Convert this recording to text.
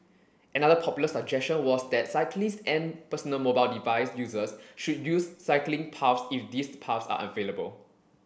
another popular suggestion was that cyclists and personal mobile device users should use cycling paths if these paths are available